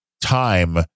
time